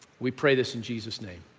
we pray this in jesus' name,